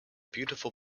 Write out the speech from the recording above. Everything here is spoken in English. beautiful